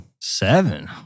Seven